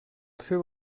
seu